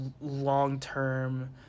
long-term